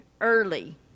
early